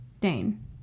Dane